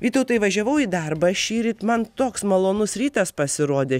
vytautui važiavau į darbą šįryt man toks malonus rytas pasirodė